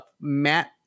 Matt